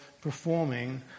performing